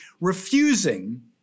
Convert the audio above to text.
refusing